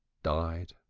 died